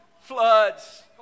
floods